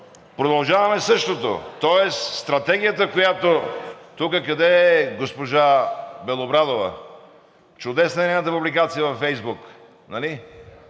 продължаваме същото, тоест стратегията, която тук… Къде е госпожа Белобрадова? Чудесна е нейната публикация във Фейсбук, нали?